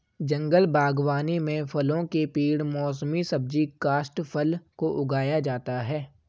जंगल बागवानी में फलों के पेड़ मौसमी सब्जी काष्ठफल को उगाया जाता है